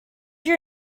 your